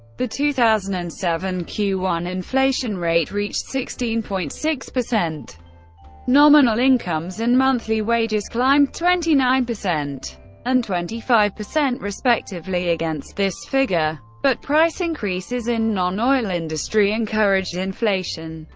the two thousand and seven q one inflation rate reached sixteen point six. nominal incomes and monthly wages climbed twenty nine percent and twenty five percent respectively against this figure, but price increases in non-oil industry encouraged inflation.